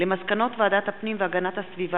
שיפוט